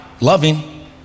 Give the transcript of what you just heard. loving